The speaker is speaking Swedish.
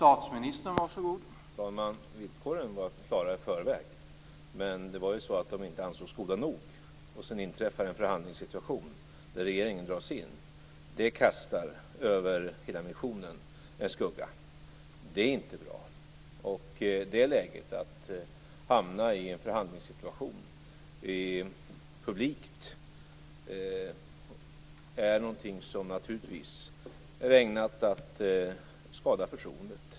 Herr talman! Villkoren var klara i förväg, men de ansågs ju inte goda nog. Sedan uppstod en förhandlingssituation där regeringen drogs in. Det kastar en skugga över hela missionen. Det är inte bra. Att hamna i en publik förhandlingssituation är naturligtvis ägnat att skada förtroendet.